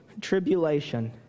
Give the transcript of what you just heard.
tribulation